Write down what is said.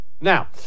Now